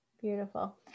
beautiful